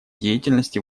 деятельности